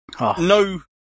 no